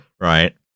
right